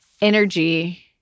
energy